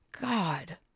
God